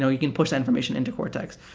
ah you can push that information into cortex.